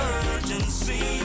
urgency